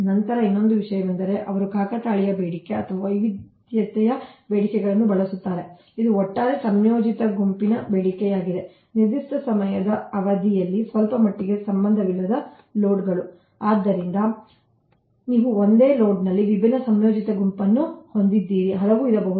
ನಂತರ ಇನ್ನೊಂದು ವಿಷಯವೆಂದರೆ ಅವರು ಕಾಕತಾಳೀಯ ಬೇಡಿಕೆ ಅಥವಾ ವೈವಿಧ್ಯಮಯ ಬೇಡಿಕೆಯನ್ನು ಬಳಸುತ್ತಾರೆ ಇದು ಒಟ್ಟಾರೆಯಾಗಿ ಸಂಯೋಜಿತ ಗುಂಪಿನ ಬೇಡಿಕೆಯಾಗಿದೆ ನಿರ್ದಿಷ್ಟ ಸಮಯದ ಅವಧಿಯಲ್ಲಿ ಸ್ವಲ್ಪಮಟ್ಟಿಗೆ ಸಂಬಂಧವಿಲ್ಲದ ಲೋಡ್ಗಳು ಆದ್ದರಿಂದ ನೀವು ಒಂದೇ ಲೋಡ್ನಲ್ಲಿ ವಿಭಿನ್ನ ಸಂಯೋಜಿತ ಗುಂಪನ್ನು ಹೊಂದಿದ್ದೀರಿ ಹಲವು ಇರಬಹುದು